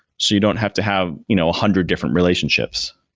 so you don't have to have you know a hundred different relationships,